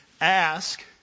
Ask